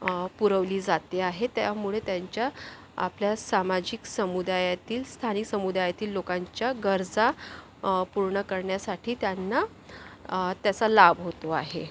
पुरवली जाते आहे त्यामुळे त्यांच्या आपल्या सामाजिक समुदायातील स्थानिक समुदायातील लोकांच्या गरजा पूर्ण करण्यासाठी त्यांना त्याचा लाभ होतो आहे